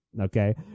okay